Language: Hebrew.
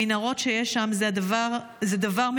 המנהרות שיש שם זה דבר מטורף.